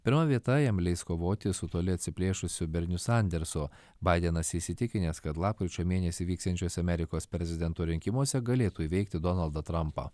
pirma vieta jam leis kovoti su toli atsiplėšusiu berniu sandersu baidenas įsitikinęs kad lapkričio mėnesį vyksiančiuose amerikos prezidento rinkimuose galėtų įveikti donaldą trampą